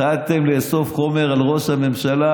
התחלתם לאסוף חומר על ראש הממשלה,